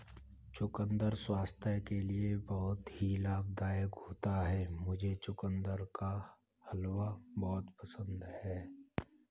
चुकंदर स्वास्थ्य के लिए बहुत ही लाभदायक होता है मुझे चुकंदर का हलवा बहुत पसंद है